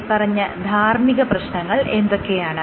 മേല്പറഞ്ഞ ധാർമ്മിക പ്രശ്നങ്ങൾ എന്തൊക്കെയാണ്